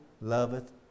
loveth